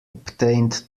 obtained